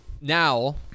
Now